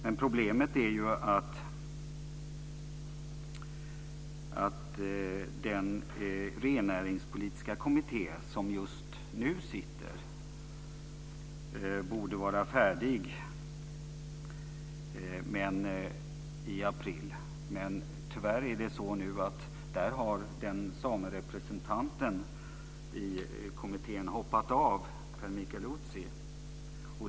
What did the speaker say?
Men problemet är att den rennäringspolitiska kommitté som just nu sitter borde vara färdig i april, men tyvärr har samerepresentanten i kommittén, Per Mikael Utsi, hoppat av.